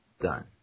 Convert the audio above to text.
Done